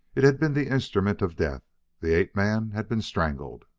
it had been the instrument of death the ape-man had been strangled.